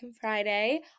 Friday